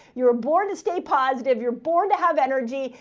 you were born to stay positive. you're born to have energy.